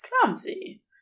clumsy